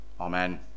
Amen